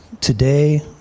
today